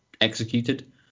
executed